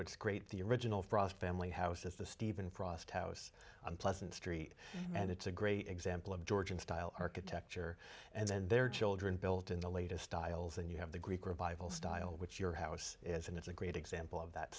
it's great the original frost family house is the stephen frost house on pleasant street and it's a great example of georgian style architecture and their children built in the latest styles and you have the greek revival style which your house is and it's a great example of that